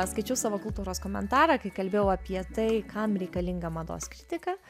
aš skaičiau savo kultūros komentarą kai kalbėjau apie tai kam reikalinga mados kritika